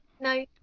No